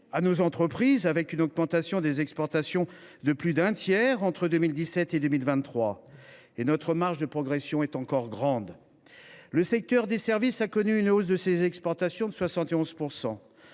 à nos entreprises, avec une augmentation des exportations de plus d’un tiers entre 2017 et 2023, et notre marge de progression est encore grande. Le secteur des services a connu une hausse de ses exportations de 71 %.